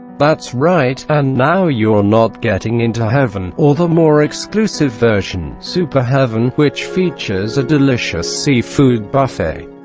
that's right! and now you are not getting into heaven, or the more exclusive version super heaven which features a delicious seafood buffet.